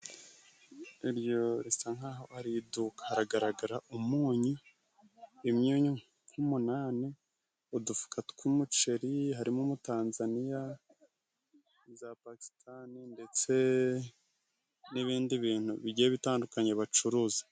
Iryo risa nkaho ari iduka, haragaragara umunyu; imyunyu nk'umunani udufuka tw'umuceri harimo: umutanzaniya za pakisitani ndetse n'ibindi bintu bigiye bitandukanye bacuruza.